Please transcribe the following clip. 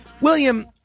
William